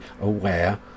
aware